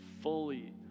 fully